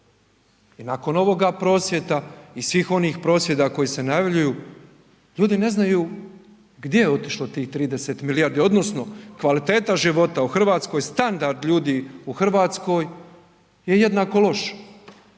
i nakon ovoga prosvjeda i svih onih prosvjeda koji se najavljuju ljudi ne znaju gdje je otišlo tih 30 milijardi odnosno kvaliteta života u Hrvatskoj, standard ljudi u Hrvatskoj je jednako loš.